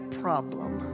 problem